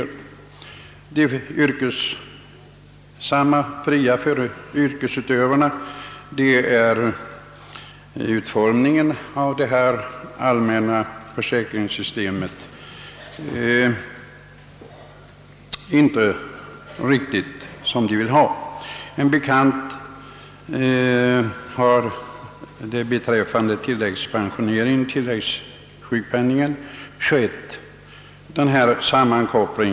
För de fria yrkesutövarna och företagarna är inte utformningen av det allmänna försäkringssystemet tillfredsställande. Som bekant har tilläggspensioneringen och tilläggssjukpenningen kopplats samman.